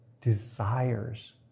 desires